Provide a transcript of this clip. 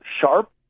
sharp